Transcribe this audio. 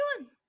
one